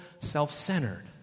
self-centered